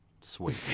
Sweet